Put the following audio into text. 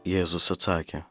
jėzus atsakė